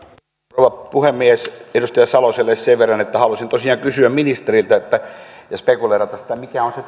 rouva puhemies edustaja saloselle sen verran että halusin tosiaan kysyä ministeriltä ja spekuloida että mikä on se